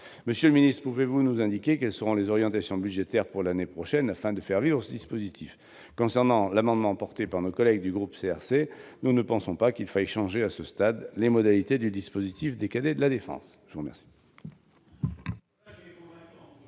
Monsieur le ministre, pouvez-vous nous indiquer quelles seront les orientations budgétaires pour l'année prochaine afin de faire vivre ce dispositif ? Concernant l'amendement porté par nos collègues du groupe CRC, nous ne pensons pas qu'il faille changer à ce stade les modalités du dispositif des cadets de la défense. Voilà